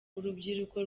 urubyiruko